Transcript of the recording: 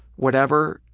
whatever,